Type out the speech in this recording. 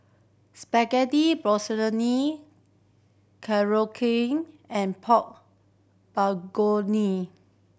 Spaghetti Korokke and Pork Bulgoni